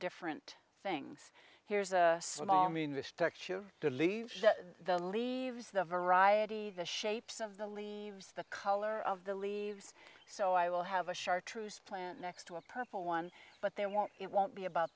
different things here's a small means the structure of the leaves the leaves the variety the shapes of the leaves the color of the leaves so i will have a chartreuse plant next to a purple one but they won't it won't be about